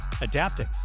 adapting